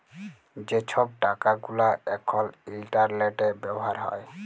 যে ছব টাকা গুলা এখল ইলটারলেটে ব্যাভার হ্যয়